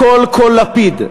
הקול קול לפיד,